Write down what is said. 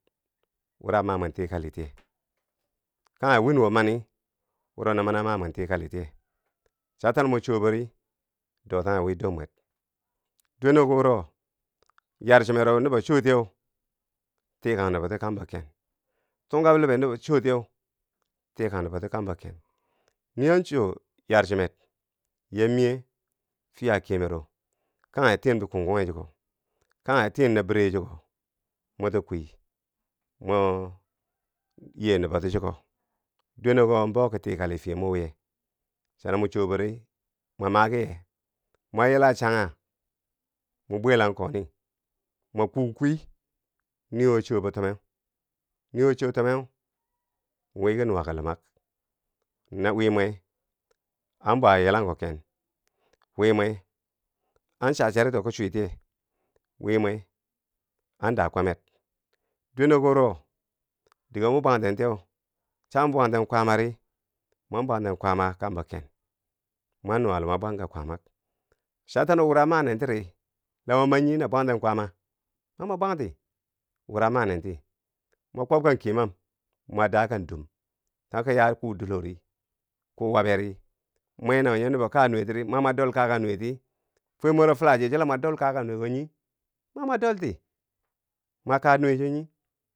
Wuro a ma mwen tikali tiye kanghe wiin wo mani wuro no mani a ma mwen tikali tiye cha tano mo choo bori dotanghe wii dor mwer dweneko wuro yar chumero nubo chootiyeu tikang nuboti kambo ken. tungka bilibeu nubo chootiyeu, tiikan nubo ti kambo ken, nii an choo yarchumer yaa miye fiya kiyemero kanghe tiyen bikunkunghe chiko kanghe tiyen nabire chiko mo ti kwii mo yee nuboti chiko dweneko wo bouki tikali. fiye mo wiye, cha no mo choo bori mo makiye mo yila changha mo bwelang koni, mo kuu kwii niiwo choobo tommeu niiwo choo tomme wii ki nuw a ka lumak, wii mwe anbwaa yikang ko ken, wii mwe an cha charito kom chwiitiye, wiimwe an daa. kwamer, dwene ko wuro dige mo bwanten tiye cha moki bwanten kwaama ri, mwan bwanten kwaama kambo ken mwan nuwa luma bwanka, kwaamak, cha tano wura manen tiri la mo manyi na bwanten kwaama. ma mo bwanti wura manenti, mo kwobka kyemam mo daa ka dum, no kom yaa kuu dilori, kuu waberi mwe naweu nubo kaa nuwe tiri mani mo, dol kaa ka nuweti fwer mwero filaje cho la mo dol kaaka nuwe ko nyi ma mo dolti mo kaa nuwe chwo nyi?.